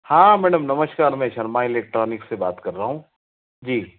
हाँ मैडम नमस्कार मैं शर्मा इलेक्ट्रॉनिक से बात कर रहा हूँ जी